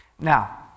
Now